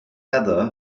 heather